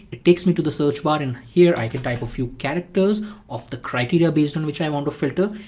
it takes me to the search bar and here i can type a few characters of the criteria based on which i want to filter.